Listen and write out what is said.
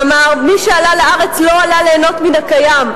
ואמר: מי שעלה לארץ לא עלה ליהנות מן הקיים.